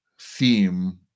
theme